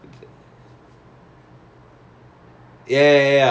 the the Instagram is jan zero nine something like that